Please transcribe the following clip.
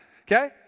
Okay